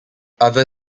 other